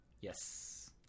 Yes